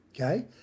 okay